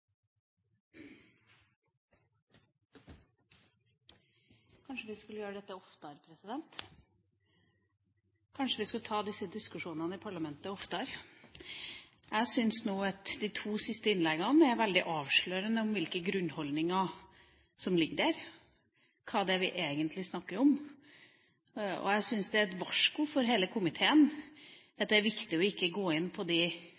Kanskje vi skulle gjøre dette oftere? Kanskje vi skulle ta disse diskusjonene i parlamentet oftere? Jeg synes nå at de to siste innleggene er veldig avslørende for hvilke grunnholdninger som ligger der, hva det er vi egentlig snakker om, og jeg synes det er et varsko for hele komiteen at det er viktig ikke å gå inn på de